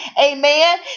Amen